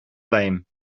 lame